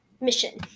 mission